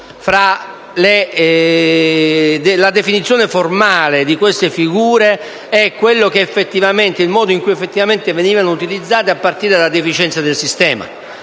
la definizione formale di queste figure e il modo in cui effettivamente venivano utilizzate, a partire dalla deficienza del sistema.